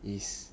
is